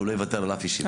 שהוא לא יוותר על אף ישיבה.